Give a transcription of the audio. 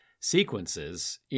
sequences